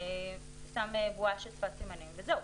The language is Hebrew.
שם בועה של שפת סימנים וזהו.